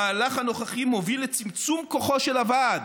המהלך הנוכחי מוביל לצמצום כוחו של הוועד",